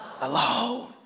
Alone